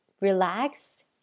relaxed